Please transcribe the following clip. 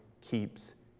keeps